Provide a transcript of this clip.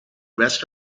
west